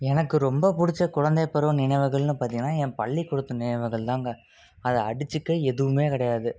எனக்கு ரொம்ப பிடிச்ச குழந்தை பருவம் நினைவுகள்ன்னு பார்த்திங்கன்னா என் பள்ளிக்கூடத்தின் நினைவுகள்தாங்க அதை அடிச்சுக்க எதுவுமே கிடையாது